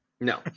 No